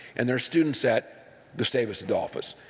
and they're students at gustavus adolphus.